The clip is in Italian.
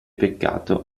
peccato